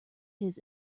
his